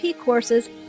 courses